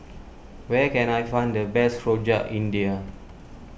where can I find the best Rojak India